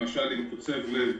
למשל, עם קוצב לב,